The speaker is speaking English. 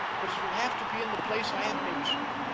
but it will have to be in the place i have mentioned.